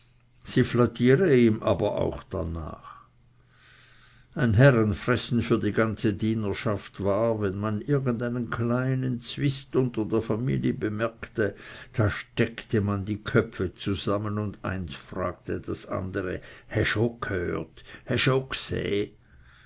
sie flattiere ihm aber auch darnach ein herrenfressen für die ganze dienerschaft war wenn man irgend einen kleinen zwist unter der familie bemerkte da steckte man die köpfe zusammen und fragte einander hesch oh ghört hesch